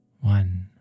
one